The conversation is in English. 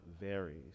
varies